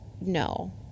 No